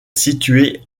située